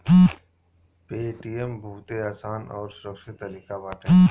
Paytm बहुते आसान अउरी सुरक्षित तरीका बाटे